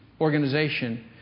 organization